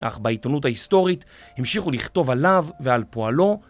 אך בעיתונות ההיסטורית המשיכו לכתוב עליו ועל פועלו